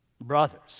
Brothers